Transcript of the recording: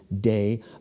day